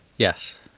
Yes